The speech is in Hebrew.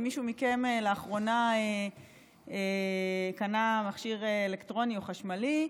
אם מישהו מכם לאחרונה קנה מכשיר אלקטרוני או חשמלי,